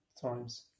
times